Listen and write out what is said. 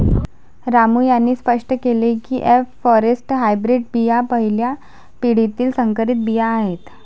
रामू यांनी स्पष्ट केले की एफ फॉरेस्ट हायब्रीड बिया पहिल्या पिढीतील संकरित बिया आहेत